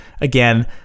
Again